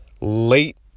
late